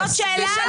זאת שאלה?